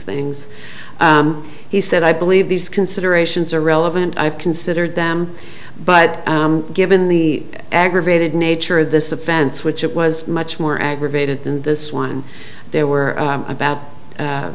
things he said i believe these considerations are relevant i've considered them but given the aggravated nature of this offense which it was much more aggravated than this one there were about